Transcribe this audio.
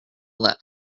that